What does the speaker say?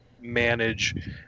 manage